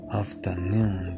afternoon